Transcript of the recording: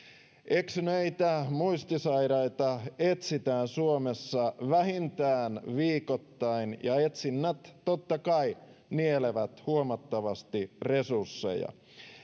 eksyneitä muistisairaita etsitään suomessa vähintään viikoittain ja etsinnät totta kai nielevät huomattavasti resursseja